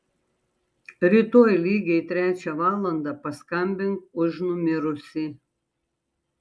rytoj lygiai trečią valandą paskambink už numirusį